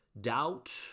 doubt